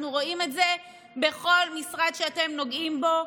אנחנו רואים את זה בכל משרד שאתם נוגעים בו.